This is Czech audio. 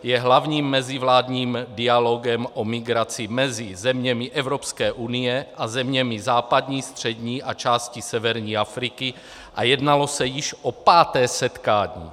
Je hlavním mezivládním dialogem o migraci mezi zeměmi Evropské unie a zeměmi západní, střední a části severní Afriky a jednalo se již o páté setkání.